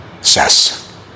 says